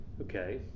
Okay